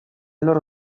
loro